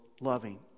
loving